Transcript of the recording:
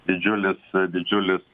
didžiulis didžiulis